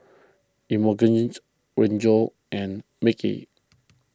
Emogenes Geno and Micky